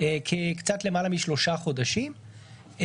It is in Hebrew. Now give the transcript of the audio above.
קצת למעלה משלושה חודשים.